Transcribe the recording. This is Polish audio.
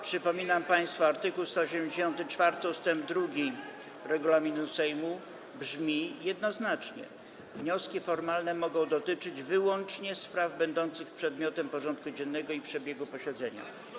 Przypominam państwu, że art. 184 ust. 2 regulaminu Sejmu brzmi jednoznacznie: Wnioski formalne mogą dotyczyć wyłącznie spraw będących przedmiotem porządku dziennego i przebiegu posiedzenia.